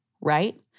right